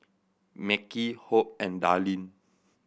Mekhi Hope and Darlene